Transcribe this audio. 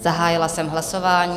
Zahájila jsem hlasování.